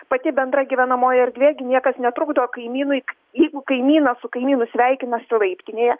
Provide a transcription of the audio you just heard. pati bendra gyvenamoji erdvė gi niekas netrukdo kaimynui jeigu kaimynas su kaimynu sveikinasi laiptinėje